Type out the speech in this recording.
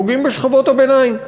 פוגעים בשכבות הביניים,